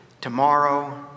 tomorrow